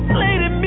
lady